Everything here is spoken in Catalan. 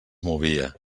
movia